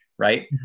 right